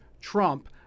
Trump